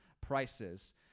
prices